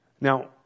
Now